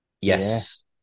Yes